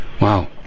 Wow